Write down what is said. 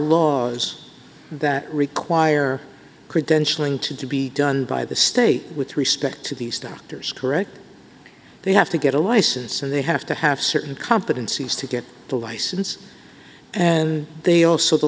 laws that require credentialling to be done by the state with respect to these doctors correct they have to get a license and they have to have certain competencies to get the license and also the